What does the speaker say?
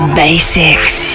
basics